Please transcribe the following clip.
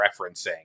referencing